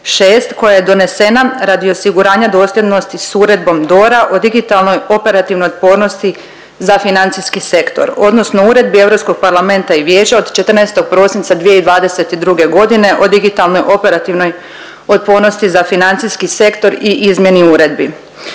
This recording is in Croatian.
koja je donesena radi osiguranja dosljednosti s Uredbom DORA o digitalnoj operativnoj otpornosti za financijski sektor odnosno Uredbi Europskog parlamenta i vijeća od 14. prosinca 2022. godine o digitalnoj operativnoj otpornosti za financijski sektor i izmjeni uredbi.